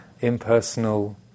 impersonal